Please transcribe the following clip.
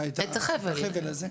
הזה,